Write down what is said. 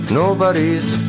nobody's